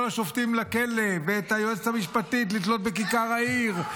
השופטים לכלא ואת היועצת המשפטית לתלות בכיכר העיר.